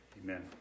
amen